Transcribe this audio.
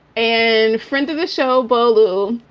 and friend of the show, bolu.